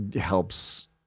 helps